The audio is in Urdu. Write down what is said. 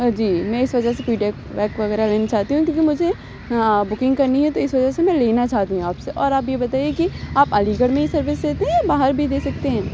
جی میں اس وجہ سے فیڈ یک ویک وغیرہ لینا چاہتی ہوں کیوں کہ مجھے بکنگ کرنی ہے تو اس وجہ سے میں لینا چاہتی ہوں آپ سے اور آپ یہ بتائیے کہ آپ علی گڑھ میں ہی سروس دیتے ہیں یا باہر بھی دے سکتے ہیں